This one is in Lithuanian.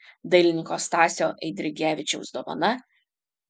dailininko stasio eidrigevičiaus dovana